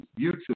YouTube